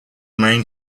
main